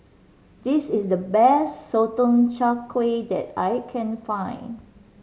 this is the best Sotong Char Kway that I can find